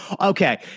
okay